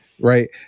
right